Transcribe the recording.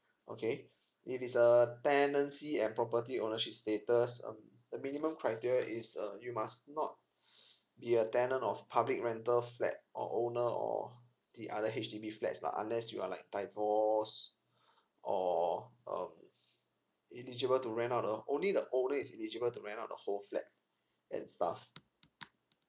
okay if it's a tenancy and property ownership status um the minimum criteria is uh you must not be a tenant of public rental flat or owner or the other H_D_B flats lah unless you are like divorced or um eligible to rent out a only the owner is eligible to rent out the whole flat and stuff